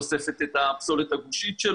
אוספת את הפסולת הגושית,